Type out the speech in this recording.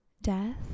death